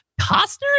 Costner